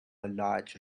large